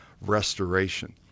restoration